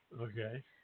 Okay